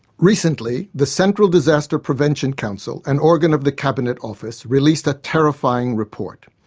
recently the central disaster prevention council, an organ of the cabinet office, released a terrifying report.